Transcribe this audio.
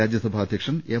രാജ്യസഭാ അധ്യ ക്ഷൻ എം